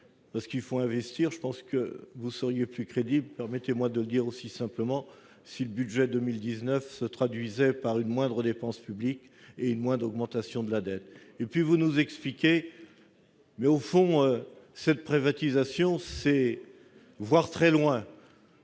parce qu'il faut investir. Vous seriez plus crédible, permettez-moi de le dire aussi simplement, si le budget de 2019 s'était traduit par une moindre dépense publique et une moindre augmentation de la dette. Enfin, vous nous expliquez que cette privatisation revient à voir très loin.